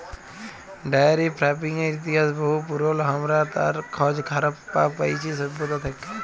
diary ফার্মিংয়ের ইতিহাস বহু পুরল, হামরা তার খজ হারাপ্পা পাইছি সভ্যতা থেক্যে